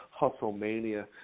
Hustlemania